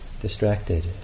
distracted